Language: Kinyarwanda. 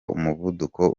umuvuduko